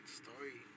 story